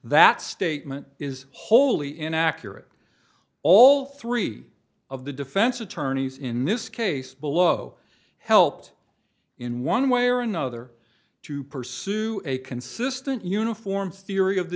that statement is wholly inaccurate all three of the defense attorneys in this case below helped in one way or another to pursue a consistent uniform theory of the